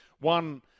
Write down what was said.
One